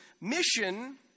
Mission